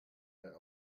der